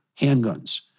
handguns